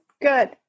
Good